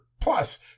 plus